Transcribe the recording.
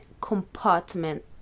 compartment